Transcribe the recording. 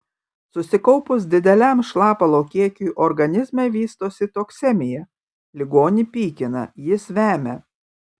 susikaupus dideliam šlapalo kiekiui organizme vystosi toksemija ligonį pykina jis vemia